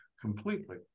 completely